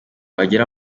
wagira